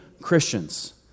Christians